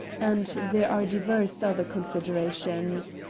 and there are divers other considerations.